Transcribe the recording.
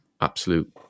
Absolute